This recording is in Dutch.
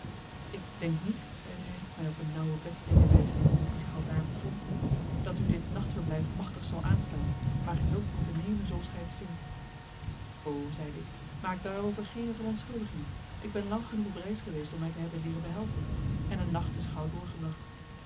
ik denk niet zeide hij mij op een nauwe bedstede wijzende die zich aldaar bevond dat u dit nachtverblijf machtig zal aanstaan maar gij zult het moeten nemen zooals gij het vindt o zeide ik maak daarover geene verontschuldigingen ik ben lang genoeg op reis geweest om mij te hebben leeren behelpen en een nacht is gauw doorgebracht